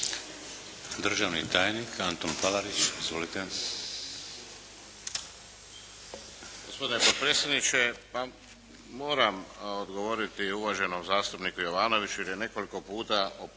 državni tajnik Antun Palarić. Izvolite.